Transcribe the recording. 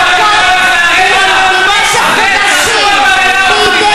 הגופות שמוחזקות במשך חודשים, אני מבקשת לסיים.